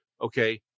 okay